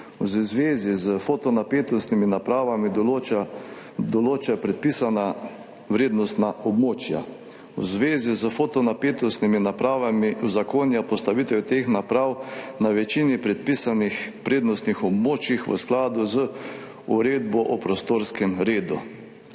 V zvezi s fotonapetostnimi napravami določa predpisana vrednostna območja. V zvezi s fotonapetostnimi napravami uzakonja postavitev teh naprav na večini predpisanih prednostnih območjih v skladu z Uredbo o prostorskem redu